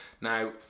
Now